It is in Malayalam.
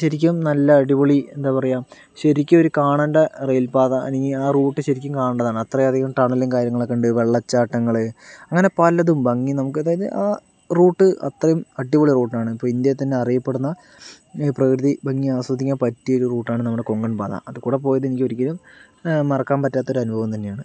ശരിക്കും നല്ല അടിപൊളി എന്താ പറയുക ശരിക്കും ഒരു കാണേണ്ട റെയിൽ പാത അല്ലെങ്കിൽ ആ റൂട്ട് ശരിക്കും കാണേണ്ടതാണ് അത്രയധികം ടണലും കാര്യങ്ങളൊക്കെയുണ്ട് വെള്ളച്ചാട്ടങ്ങള് അങ്ങനെ പലതും ഭംഗി നമുക്ക് അതായത് ആ റൂട്ട് അത്രയും അടിപൊളി റൂട്ടാണ് ഇപ്പൊ ഇന്ത്യയി തന്നെ അറിയപ്പെടുന്ന പ്രകൃതി ഭംഗി ആസ്വദിക്കാൻ പറ്റിയ ഒരു റൂട്ടാണ് നമ്മുടെ കൊങ്കൺ പാത അത് കൂടപ്പോയത് എനിക്ക് ഒരിക്കലും മറക്കാൻ പറ്റാത്ത ഒരു അനുഭവം തന്നെയാണ്